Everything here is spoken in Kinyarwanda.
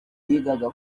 yigaga